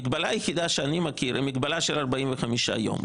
המגבלה היחידה שאני מכיר היא מגבלה של 45 יום.